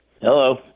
Hello